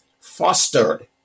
fostered